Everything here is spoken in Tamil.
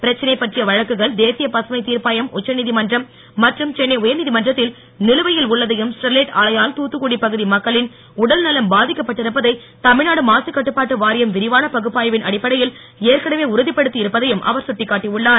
பிரச்சனை பற்றிய வழக்குகள் தேசிய பசுமை தீர்ப்பாயம் உச்சநீதிமன்றம் மற்றும் சென்னை உயர்நீதிமன்றத்தில் நிலுவையில் உள்ளதையும் ஸ்டெரிலைட் ஆலையால் தூத்துக்குடி பகுதி மக்களின் உடல் நலம் பாதிக்கப்பட்டிருப்பதை தமிழ்நாடு மாசுகட்டுப்பாட்டு வாரியம் விரிவான பகுப்பாய்வின் அடிப்படையில் ஏற்கனவே உறுதிப்படுத்தி இருப்பதையும் அவர் கட்டிக்காட்டி உள்ளார்